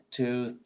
Two